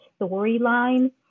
storyline